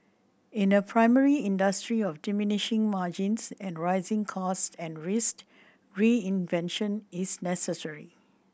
in a primary industry of diminishing margins and rising cost and risk reinvention is necessary